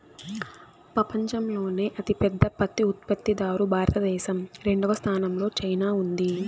పపంచంలోనే అతి పెద్ద పత్తి ఉత్పత్తి దారు భారత దేశం, రెండవ స్థానం లో చైనా ఉంది